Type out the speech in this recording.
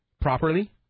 Properly